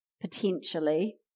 potentially